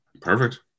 perfect